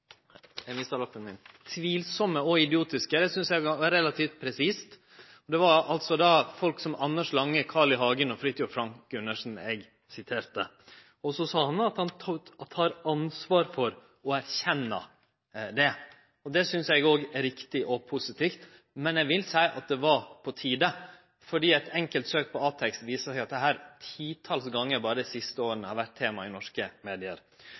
eg skreiv ned riktig, kalla han dei utsegnene og synspunkta «tvilsomme» og «idiotiske». Det synest eg er relativt presist. Det var folk som Anders Lange, Carl I. Hagen og Fridtjov Frank Gundersen eg siterte. Så sa han at han tek ansvar for å erkjenne det. Det synest eg også er riktig og positivt, men eg vil seie at det var på tide, for eit enkelt søk på Atekst viser at det har vore tema i norske medium eit titals gonger berre dei siste åra.